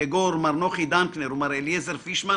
כגון מר נוחי דנקנר ומר אליעזר פישמן,